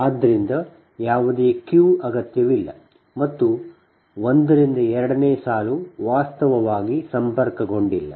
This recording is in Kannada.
ಆದ್ದರಿಂದ ಯಾವುದೇ ಕ್ಯೂ ಅಗತ್ಯವಿಲ್ಲ ಮತ್ತು 1 ರಿಂದ 2 ನೇ ಸಾಲು ವಾಸ್ತವವಾಗಿ ಸಂಪರ್ಕಗೊಂಡಿಲ್ಲ